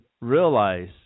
realize